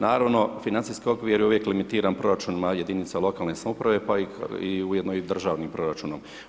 Naravno, financijski okvir je uvijek limitiran proračuna jedinice lokalne samouprave, pa i ujedno i državni proračunom.